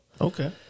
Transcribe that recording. Okay